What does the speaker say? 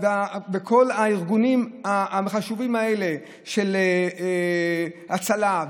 וכל הארגונים החשובים האלה של הצלה,